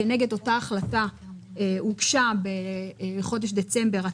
כנגד אותה החלטה הוגשה בחודש דצמבר 2020